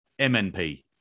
MNP